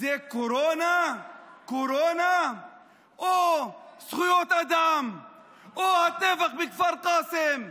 קורונה או זכויות אדם או הטבח בכפר קאסם?